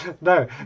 No